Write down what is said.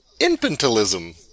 infantilism